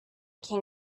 can